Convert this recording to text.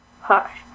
Hi